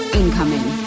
incoming